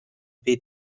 weh